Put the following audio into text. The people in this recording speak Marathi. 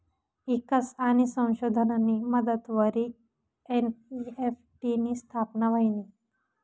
ईकास आणि संशोधननी मदतवरी एन.ई.एफ.टी नी स्थापना व्हयनी